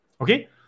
okay